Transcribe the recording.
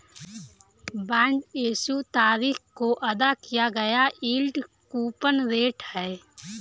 bond issue तारीख को अदा किया गया यील्ड कूपन रेट है